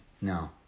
No